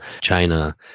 China